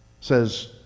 says